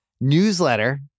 newsletter